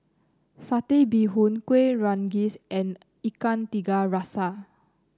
Satay Bee Hoon Kueh Rengas and Ikan Tiga Rasa